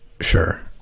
sure